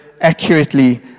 Accurately